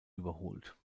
überholt